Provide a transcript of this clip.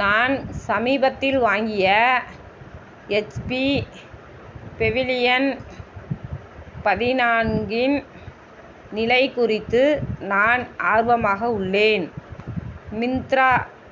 நான் சமீபத்தில் வாங்கிய எச்பி பெவிலியன் பதினான்கின் நிலைக் குறித்து நான் ஆர்வமாக உள்ளேன் மிந்த்ரா